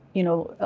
you know,